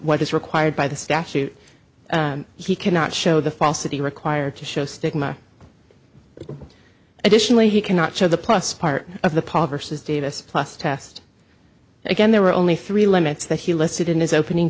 what is required by the statute he cannot show the falsity required to show stigma additionally he cannot show the plus part of the pov or says davis plus test again there were only three limits that he listed in his opening